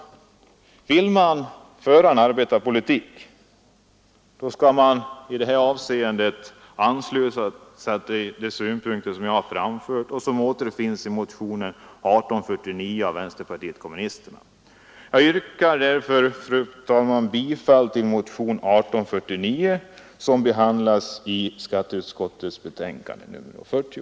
Vill man föra en arbetarpolitik, skall man i detta avseende ansluta sig till de synpunkter som jag har framfört och som återfinns i motionen 1849 av vänsterpartiet kommunisterna. Jag yrkar därför bifall till motionen 1849, som behandlas i skatteutskottets betänkande nr 40.